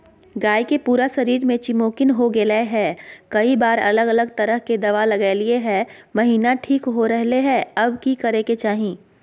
गाय के पूरा शरीर में चिमोकन हो गेलै है, कई बार अलग अलग तरह के दवा ल्गैलिए है महिना ठीक हो रहले है, अब की करे के चाही?